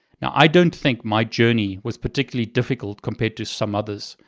now, i don't think my journey was particularly difficult compared to some others,